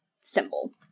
symbol